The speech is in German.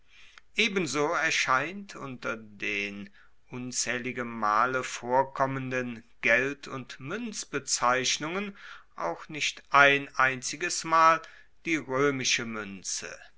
ebenso erscheint unter den unzaehlige male vorkommenden geld und muenzbezeichnungen auch nicht ein einziges mal die roemische muenze